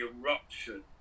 eruption